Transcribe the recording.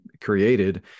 created